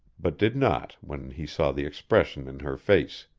but did not when he saw the expression in her face.